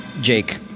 Jake